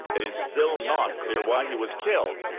it is still not clear why he was killed.